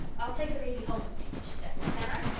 i'll take the baby home with me, she said. can i?